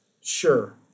Sure